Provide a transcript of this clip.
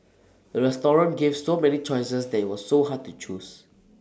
the restaurant gave so many choices that IT was so hard to choose